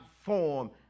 form